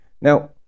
now